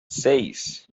seis